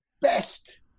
best